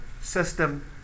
system